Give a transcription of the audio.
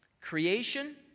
Creation